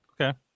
Okay